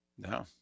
No